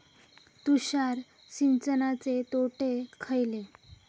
तुषार सिंचनाचे तोटे खयले?